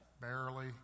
barely